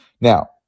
Now